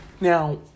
Now